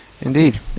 Indeed